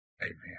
Amen